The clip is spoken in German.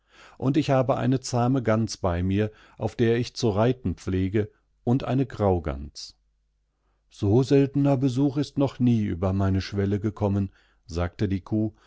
und ich habe eine zahme gans bei mir auf der ich zu reiten pflege und eine graugans so seltener besuch ist noch nie über meine schwelle gekommen sagte die kuh